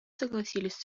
согласились